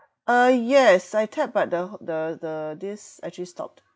uh yes I tap but the who~ the the this actually stopped